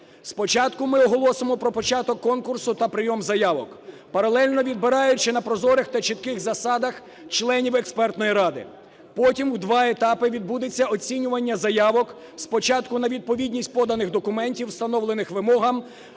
Спочатку ми оголосимо про початок конкурсу та прийом заявок, паралельно відбираючи на прозорих та чітких засадах членів експертної ради, потім в два етапи відбудеться оцінювання заявок спочатку на відповідність поданих документів встановленим вимогам,